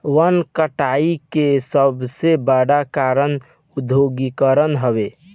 वन कटाई के सबसे बड़ कारण औद्योगीकरण हवे